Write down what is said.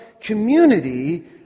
community